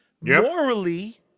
Morally